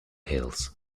hills